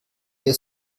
mir